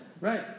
Right